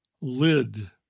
Lid